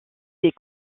des